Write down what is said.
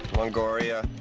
longoria,